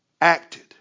acted